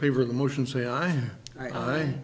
favor of the motion say i i